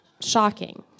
shocking